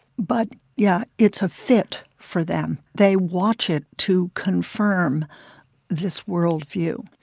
but, yeah, it's a fit for them. they watch it to confirm this world view